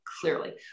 clearly